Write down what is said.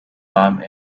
come